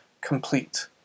complete